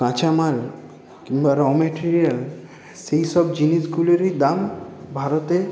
কাঁচা মাল কিংবা র্য মেটিরিয়াল সেইসব জিনিসগুলোরই দাম ভারতে